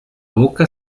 boca